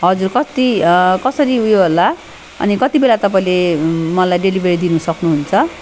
हजुर कत्ति कसरी उयो होला अनि कति बेला तपाईँले मलाई डेलिभरी दिन सक्नुहुन्छ